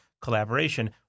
collaboration